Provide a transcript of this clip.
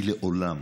אני לעולם